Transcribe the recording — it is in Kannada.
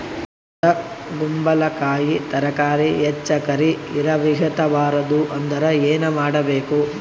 ಬೊದಕುಂಬಲಕಾಯಿ ತರಕಾರಿ ಹೆಚ್ಚ ಕರಿ ಇರವಿಹತ ಬಾರದು ಅಂದರ ಏನ ಮಾಡಬೇಕು?